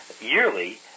yearly